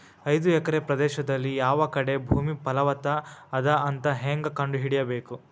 ಐದು ಎಕರೆ ಪ್ರದೇಶದಲ್ಲಿ ಯಾವ ಕಡೆ ಭೂಮಿ ಫಲವತ ಅದ ಅಂತ ಹೇಂಗ ಕಂಡ ಹಿಡಿಯಬೇಕು?